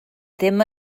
ddim